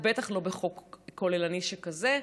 אז בטח לא בחוק כוללני שכזה,